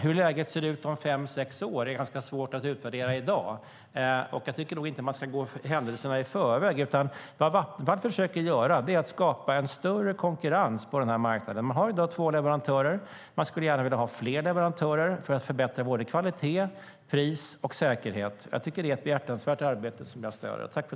Hur läget ser ut om fem sex år är ganska svårt att utvärdera i dag, och jag tycker nog inte att man ska gå händelserna i förväg. Vad Vattenfall försöker göra är att skapa en större konkurrens på denna marknad. Man har i dag två leverantörer, och man skulle gärna vilja ha fler leverantörer för att förbättra såväl kvalitet som pris och säkerhet. Jag tycker att det är ett behjärtansvärt arbete, som jag stöder.